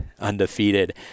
undefeated